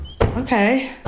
Okay